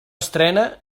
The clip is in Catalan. estrena